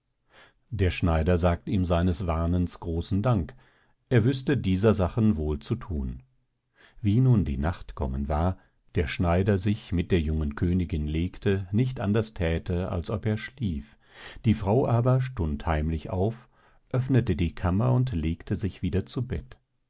der schneider sagt ihm seines warnens großen dank er wüßte dieser sachen wohl zu thun wie nun die nacht kommen war der schneider sich mit der jungen königin legte nicht anders thäte als ob er schlief die frau aber stund heimlich auf öffnete die kammer und legte sich wieder zu bett